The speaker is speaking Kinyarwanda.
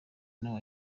nawe